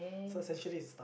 so essentially its